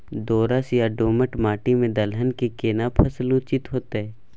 दोरस या दोमट माटी में दलहन के केना फसल उचित होतै?